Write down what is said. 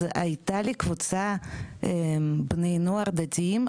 אז הייתה לי קבוצה בני נוער דתיים,